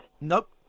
Nope